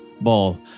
ball